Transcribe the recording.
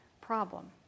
problem